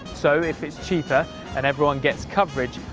so, if it's cheaper and everyone gets coverage,